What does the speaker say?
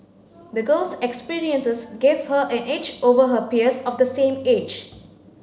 the girl's experiences gave her an edge over her peers of the same age